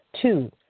Two